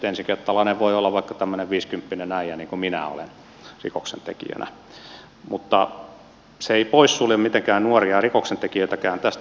ensikertalainen voi olla vaikka tämmöinen viisikymppinen äijä niin kuin minä olen rikoksentekijänä mutta se ei poissulje mitenkään nuoriakaan rikoksentekijöitä tästä